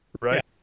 right